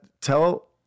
tell